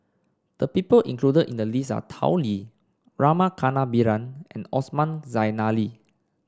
the people included in the list are Tao Li Rama Kannabiran and Osman Zailani